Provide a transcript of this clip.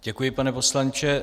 Děkuji, pane poslanče.